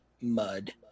mud